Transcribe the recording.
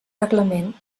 reglament